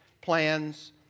plans